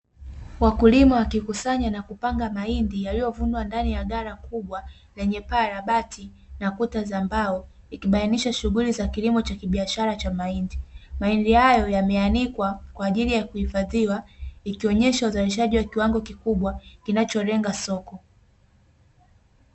Wakulima wakikusanya na kupanga mahindi yaliyofungwa ndani ya ghala kubwa lenye paa la bati na kuta za mbao ikibainisha shughuli za kulimo cha kibiashara cha mahindi. Mahindi hayo yameanikwa kwa ajili ya kuhifadhiwa, ikionesha uzalishaji wa kiwango kikubwa kinacholenga soko.